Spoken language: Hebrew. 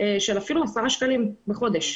של אפילו עשרה שקלים בחודש.